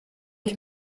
ich